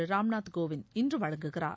திரு ராம்நாத் கோவிந்த் இன்று வழங்குகிறார்